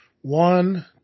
one